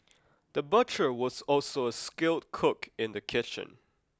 the butcher was also a skilled cook in the kitchen